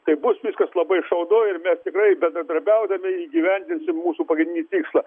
tai bus viskas labai šaunu ir mes tikrai bendradarbiaudami įgyvendinsim mūsų pagrindinį tikslą